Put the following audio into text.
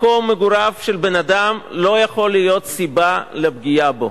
מקום מגוריו של בן-אדם לא יכול להיות סיבה לפגיעה בו.